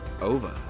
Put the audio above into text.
Over